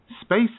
Space